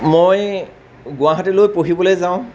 মই গুৱাহাটীলৈ পঢ়িবলৈ যাওঁ